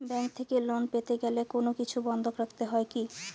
Bank থেকে loan পেতে গেলে কোনো কিছু বন্ধক রাখতে হয় কি?